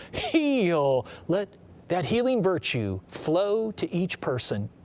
heal! let that healing virtue flow to each person.